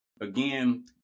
again